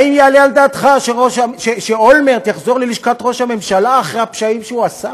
האם יעלה על דעתך שאולמרט יחזור ללשכת ראש הממשלה אחרי הפשעים שהוא עשה